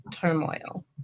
turmoil